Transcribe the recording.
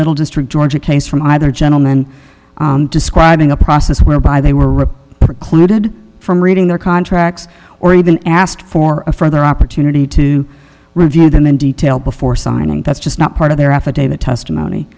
middle district ga case from either gentleman describing a process whereby they were ripped precluded from reading their contracts or even asked for a further opportunity to review them in detail before signing that's just not part of their affidavit testimony